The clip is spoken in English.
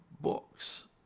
Books